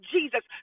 Jesus